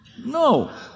No